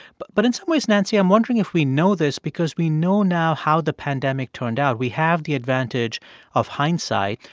but but in some ways, nancy, i'm wondering if we know this because we know now how the pandemic turned out. we have the advantage of hindsight.